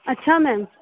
अच्छा मैम